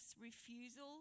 refusal